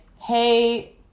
hey